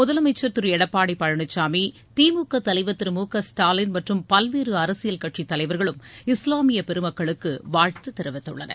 முதலமைச்சர் திரு எடப்பாடி பழனிசாமி திமுக தலைவர் திரு மு க ஸ்டாலின் மற்றும் பல்வேறு அரசியல் கட்சித் தலைவர்களும் இஸ்லாமிய பெருமக்களுக்கு வாழ்த்துத் தெரிவித்துள்ளனர்